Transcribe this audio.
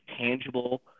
tangible